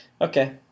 Okay